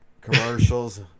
commercials